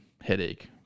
headache